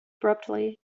abruptly